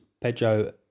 Pedro